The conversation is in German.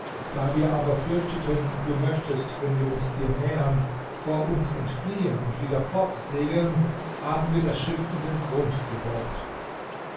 da wir aber fürchteten du möchtest wenn wir uns dir nähern vor uns entfliehen und wieder fortsegeln haben wir das schiff in den grund gebohrt